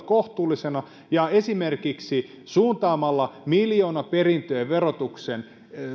kohtuullisina ja esimerkiksi miljoonaperintöjen verotukseen